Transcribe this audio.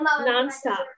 non-stop